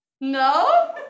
No